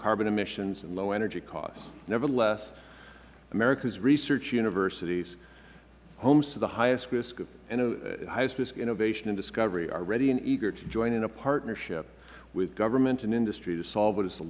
carbon emissions and low energy costs nevertheless america's research universities homes to the highest risk innovation and discovery are ready and eager to join in a partnership with government and industry to solve what is the